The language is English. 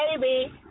baby